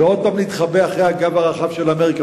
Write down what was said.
ועוד פעם להתחבא מאחורי הגב הרחב של אמריקה,